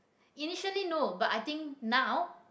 initially no but i think now